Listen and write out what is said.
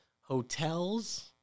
hotels